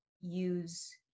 use